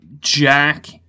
Jack